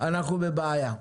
אנחנו בבעיה.